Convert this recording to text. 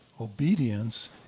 obedience